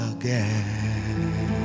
again